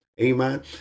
Amen